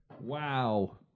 Wow